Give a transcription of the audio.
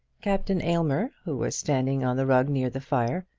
captain aylmer, who was standing on the rug near the fire,